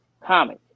comic